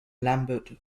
lambert